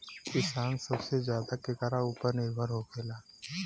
किसान सबसे ज्यादा केकरा ऊपर निर्भर होखेला?